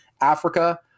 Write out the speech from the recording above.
Africa